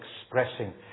expressing